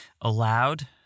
aloud